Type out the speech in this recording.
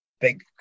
big